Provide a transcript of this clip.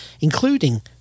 including